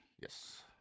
Yes